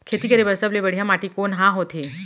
खेती करे बर सबले बढ़िया माटी कोन हा होथे?